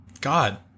god